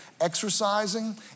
exercising